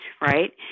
right